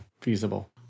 feasible